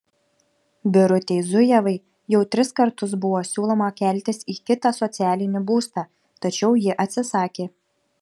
birutei zujevai jau tris kartus buvo siūloma keltis į kitą socialinį būstą tačiau ji atsisakė